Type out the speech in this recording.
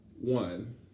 one